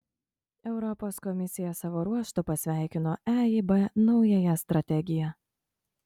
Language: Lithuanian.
europos komisija savo ruožtu pasveikino eib naująją strategiją